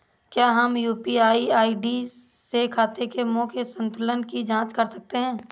क्या हम UPI ID से खाते के मूख्य संतुलन की जाँच कर सकते हैं?